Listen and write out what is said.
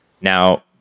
Now